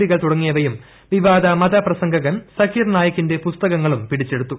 ഡികൾ തുടങ്ങിയവയും വിവാദ മത പ്രസംഗകൻ സകിർ നായിക്കിന്റെ പുസ്തകങ്ങളും പിടിച്ചെടുത്തു